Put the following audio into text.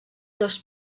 dos